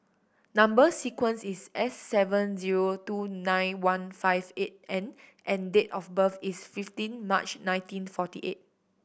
number sequence is S seven zero two nine one five eight N and date of birth is fifteen March nineteen forty eight